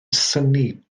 synnu